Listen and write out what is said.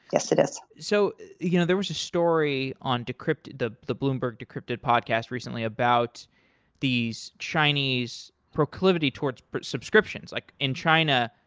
yes it is. so you know there was a story on the the bloomberg decrypted podcast recently about these chinese proclivity towards subscriptions. like, in china,